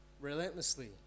relentlessly